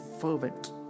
fervent